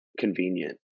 Convenient